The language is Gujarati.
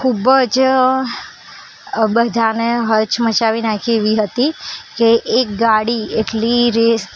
ખૂબ જ બધાને હચમચાવી નાખે એવી હતી કે એક ગાડી એટલી રેસ